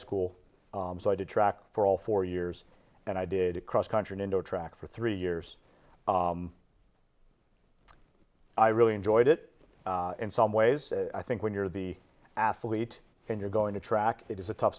school so i did track for all four years and i did a cross country an indoor track for three years i really enjoyed it in some ways i think when you're the athlete and you're going to track it is a tough